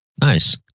Nice